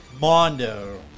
Mondo